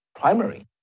primary